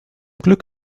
glück